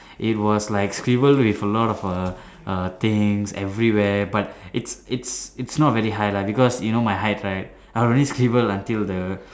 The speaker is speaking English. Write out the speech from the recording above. it was like scribbled with a lot of err err things everywhere but it's it's it's not very high lah because you know my height right I'll only scribble until the